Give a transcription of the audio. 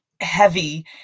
heavy